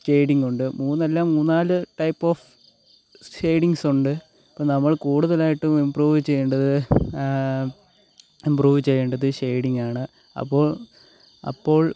shading ഉണ്ട് മൂന്നല്ല മൂന്ന് നാല് ടൈപ്പ് ഓഫ് ഷെയ്ഡിങ്സ് ഉണ്ട് ഇപ്പോൾ നമ്മൾ കൂടുതലായിട്ടും ഇമ്പ്രൂവ് ചെയ്യേണ്ടത് ഇമ്പ്രൂവ് ചെയ്യേണ്ടത് ഷെയ്ഡിങ് ആണ് അപ്പോൾ അപ്പോൾ